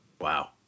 Wow